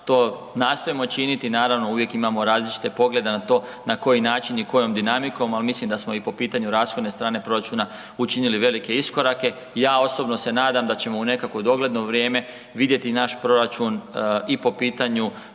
To nastojimo činiti naravno uvijek imamo različite poglede na to na koji način i kojom dinamikom, al mislim da smo i po pitanju rashodne strane proračuna učinili velike iskorake. Ja osobno se nadam da ćemo u nekakvo dogledno vrijeme vidjeti naš proračun i po pitanju